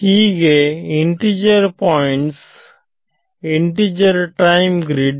ಹೀಗೆ integer points integer time grid